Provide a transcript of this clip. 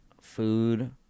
food